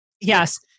Yes